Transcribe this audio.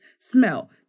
smell